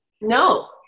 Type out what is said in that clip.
No